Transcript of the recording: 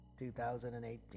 2018